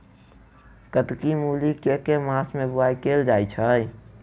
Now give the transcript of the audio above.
कत्की मूली केँ के मास मे बोवाई कैल जाएँ छैय?